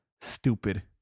Stupid